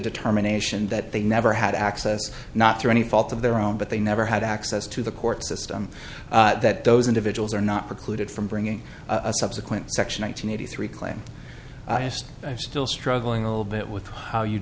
determination that they never had access not through any fault of their own but they never had access to the court system that those individuals are not precluded from bringing a subsequent section nine hundred eighty three claim i'm still struggling a little bit with how you